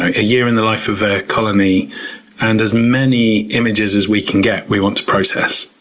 a year in the life of a colony and as many images as we can get, we want to process.